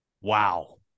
Wow